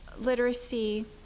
literacy